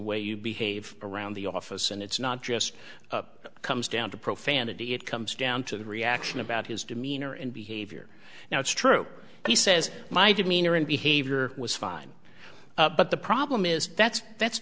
way you behave around the office and it's not just comes down to profanity it comes down to the reaction about his demeanor and behavior now it's true he says my demeanor and behavior was fine but the problem is that's that's